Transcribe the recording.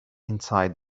inside